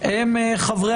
אדוני היושב-ראש,